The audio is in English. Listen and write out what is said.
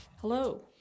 Hello